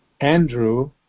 Andrew